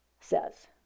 says